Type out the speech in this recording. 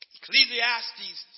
Ecclesiastes